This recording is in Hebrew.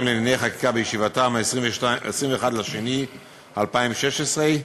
לענייני חקיקה בישיבתה ב-21 בפברואר 2016,